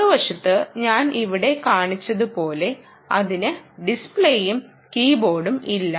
മറുവശത്ത് ഞാൻ ഇവിടെ കാണിച്ചതു പോലെ അതിന് ഡിസ്പ്ലേയും കീബോർഡും ഇല്ല